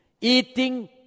eating